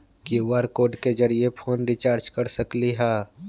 QR code के जरिय phone recharge कर सकली ह?